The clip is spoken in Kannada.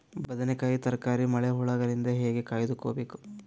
ಬದನೆಕಾಯಿ ತರಕಾರಿ ಮಳಿ ಹುಳಾದಿಂದ ಹೇಂಗ ಕಾಯ್ದುಕೊಬೇಕು?